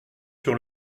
sur